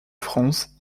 france